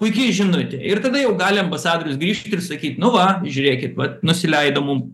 puiki žinutė ir tada jau gali ambasadorius grįžt ir sakyt nu va žiūrėkit vat nusileido mum